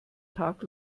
tag